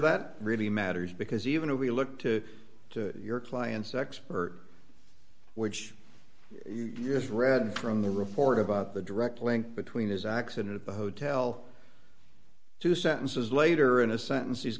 that really matters because even if we look to to your client's expert which you just read from the report of the direct link between his accident at the hotel two sentences later in a sentence he's